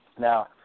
now